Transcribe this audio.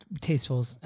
tasteful